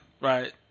right